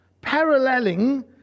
paralleling